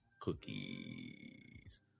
cookies